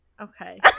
Okay